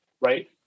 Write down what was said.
right